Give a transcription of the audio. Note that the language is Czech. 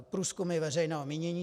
Průzkumy veřejného mínění.